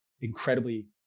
incredibly